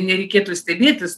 nereikėtų stebėtis